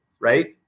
right